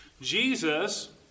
Jesus